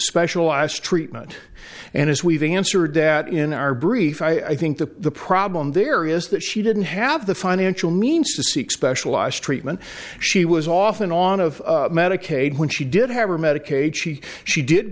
specialized treatment and as we've answered that in our brief i think the problem there is that she didn't have the financial means to seek specialized treatment she was often on of medicaid when she did have or medicaid she she did